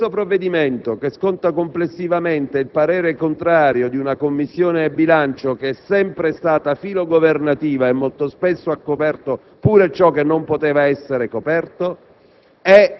Questo provvedimento (che sconta complessivamente il parere contrario di una Commissione bilancio che è sempre stata filogovernativa, e molto spesso ha coperto pure ciò che non poteva essere coperto)